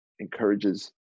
encourages